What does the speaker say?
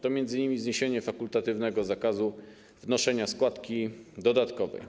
To m.in. zniesienie fakultatywnego zakazu wnoszenia składki dodatkowej.